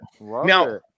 now